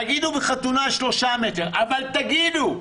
תגידו בחתונה שלושה מטרים, אבל תגידו.